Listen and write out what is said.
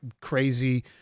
crazy